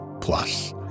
Plus